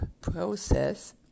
process